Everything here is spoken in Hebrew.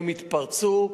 הן התפרצו.